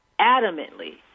adamantly